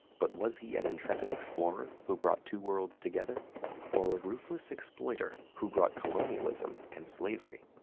but was he an intrepid explorer who brought two worlds together or a ruthless exploiter who brought colonialism and slavery?